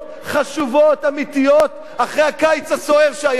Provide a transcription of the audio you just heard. חשובות, אמיתיות, אחרי הקיץ הסוער שהיה כאן.